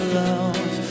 love